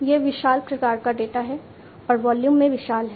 यह विशाल प्रकार का डेटा है और वॉल्यूम में विशाल है